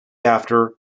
after